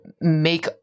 make